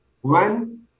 one